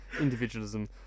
individualism